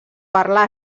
parlar